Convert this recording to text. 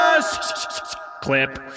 clip